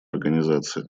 организации